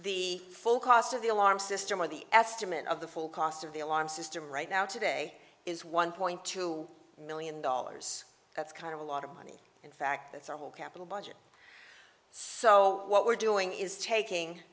the full cost of the alarm system or the estimate of the full cost of the alarm system right now today is one point two million dollars that's kind of a lot of money in fact that's our whole capital budget so what we're doing is taking